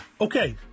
okay